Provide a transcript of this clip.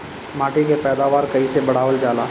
माटी के पैदावार कईसे बढ़ावल जाला?